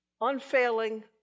unfailing